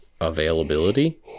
availability